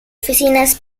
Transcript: oficinas